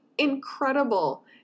incredible